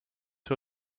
who